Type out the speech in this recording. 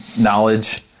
knowledge